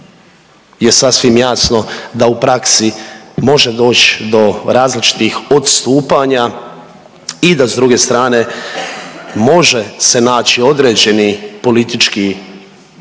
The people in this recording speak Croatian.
je sasvim jasno da u praksi može doć do različitih odstupanja i da s druge strane može se naći određeni politički ili